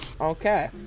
Okay